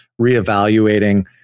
reevaluating